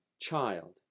child